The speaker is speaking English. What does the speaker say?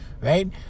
right